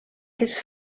his